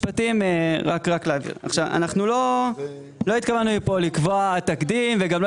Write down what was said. אנחנו לא התכוונו מפה לקבוע תקדים וגם לא